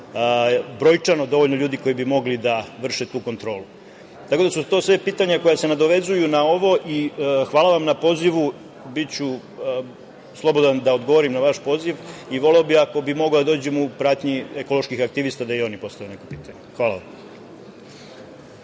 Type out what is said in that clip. brojčano dovoljno ljudi koji bi mogli da vrše tu kontrolu. Sve su to pitanja koja se nadovezuju na ovo. Hvala vam na pozivu. Biću slobodan da odgovorim na vaš poziv. Voleo bih ako bih mogao da dođem u pratnji ekoloških aktivista, da i oni postave neka pitanja. Hvala vam.